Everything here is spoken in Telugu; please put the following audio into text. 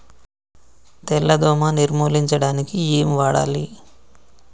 తెల్ల దోమ నిర్ములించడానికి ఏం వాడాలి?